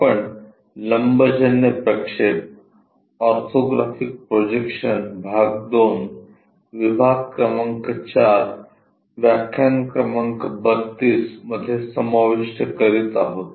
आपण लंबजन्य प्रक्षेप ऑर्थोग्राफिक प्रोजेक्शन भाग 2 विभाग क्रमांक 4 व्याख्यान क्रमांक 32 मध्ये समाविष्ट करीत आहोत